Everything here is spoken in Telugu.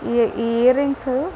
ఈ ఈ ఇయర్ రింగ్స్